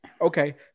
Okay